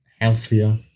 healthier